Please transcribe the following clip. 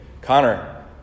Connor